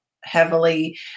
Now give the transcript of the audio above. heavily